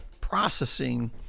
processing